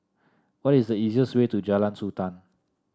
what is the easiest way to Jalan Sultan